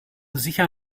sicher